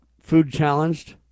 food-challenged